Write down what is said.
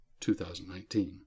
2019